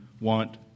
want